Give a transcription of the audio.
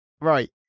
right